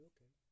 Okay